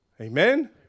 Amen